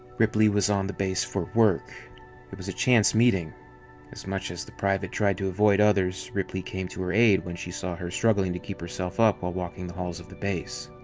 ripley was on the base for work it was chance meeting as much as the private tried to avoid others, ripley came to her aid when she saw her struggling to keep herself up while walking the halls of the base.